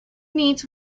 needs